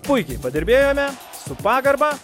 puikiai padirbėjome su pagarba